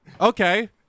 okay